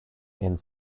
and